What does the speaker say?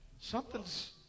something's